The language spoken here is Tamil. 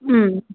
ம்